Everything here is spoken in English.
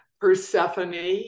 Persephone